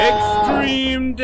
Extreme